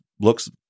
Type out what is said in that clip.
looks